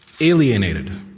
alienated